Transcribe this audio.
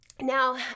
Now